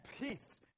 peace